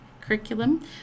curriculum